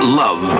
love